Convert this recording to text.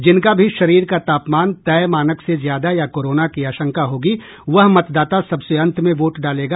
जिनका भी शरीर का तापमान तय मानक से ज्यादा या कोरोना की आशंका होगी वह मतदाता सबसे अंत में वोट डालेगा